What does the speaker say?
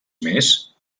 més